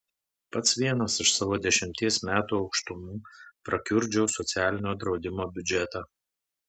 pats vienas iš savo dešimties metų aukštumų prakiurdžiau socialinio draudimo biudžetą